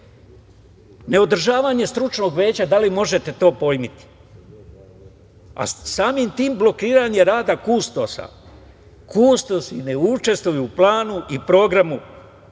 neodržavanje stručnog veća. Da li možete to pojmiti? Samim tim se blokira rad kustosa. Kustosi ne učestvuju u planu i programu